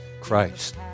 Christ